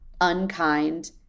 unkind